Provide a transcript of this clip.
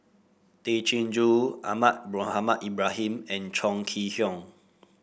Tay Chin Joo Ahmad Mohamed Ibrahim and Chong Kee Hiong